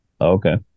okay